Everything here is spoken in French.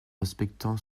respectant